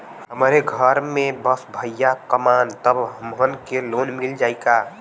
हमरे घर में बस भईया कमान तब हमहन के लोन मिल जाई का?